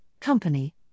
company